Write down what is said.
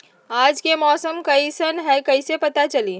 आज के मौसम कईसन हैं कईसे पता चली?